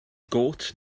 gôt